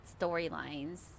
storylines